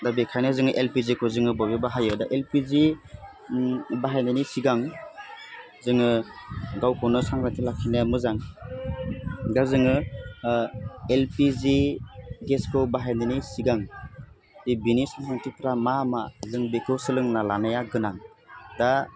दा बेखायनो जोङो एलपिजिखौ जोङो बयबो बाहायो दा एलपिजि बाहायनायनि सिगां जोङो गावखौनो सांग्रांथि लाखिनाया मोजां दा जोङो एलपिजि गेसखौ बाहायनायनि सिगां बेनि सांग्रांथिफोरा मा मा जों बेखौ सोलोंना लानाया गोनां दा